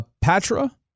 Patra